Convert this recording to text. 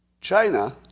China